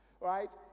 right